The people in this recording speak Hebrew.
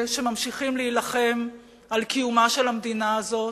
שממשיכים להילחם על קיומה של המדינה הזאת.